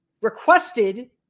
requested